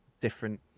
different